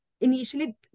initially